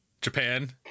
Japan